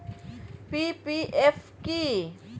PPF কি?